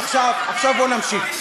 עכשיו בוא נמשיך.